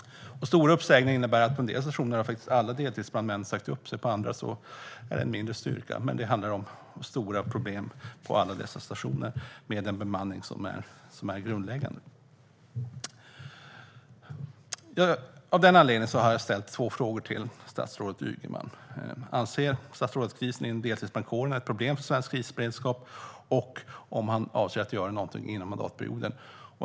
Stora uppsägningar innebär att på en del stationer har alla deltidsbrandmän sagt upp sig och på andra stationer har en mindre styrka gjort det. Men det handlar om stora problem på alla dessa stationer med den bemanning som är grundläggande. Av den anledningen har jag ställt två frågor till statsrådet Ygeman: Anser statsrådet att krisen inom deltidsbrandkårerna är ett problem för svensk krisberedskap? Avser statsrådet att göra någonting under mandatperioden?